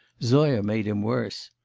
zoya made him worse.